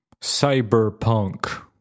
Cyberpunk